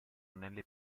nelle